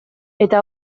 eta